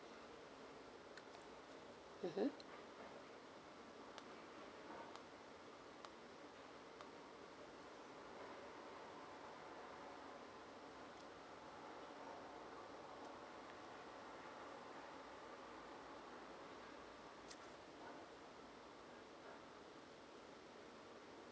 mmhmm